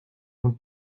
und